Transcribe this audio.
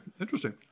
interesting